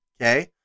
okay